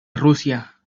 rusia